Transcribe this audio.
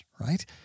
right